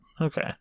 Okay